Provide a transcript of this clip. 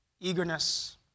eagerness